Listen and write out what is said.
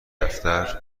دفتر